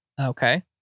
Okay